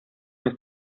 ist